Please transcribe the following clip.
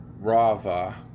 Rava